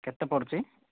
କେତେ ପଡ଼ୁଛି